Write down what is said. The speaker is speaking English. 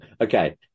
Okay